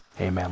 Amen